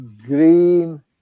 green